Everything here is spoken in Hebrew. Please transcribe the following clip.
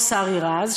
או שרי רז,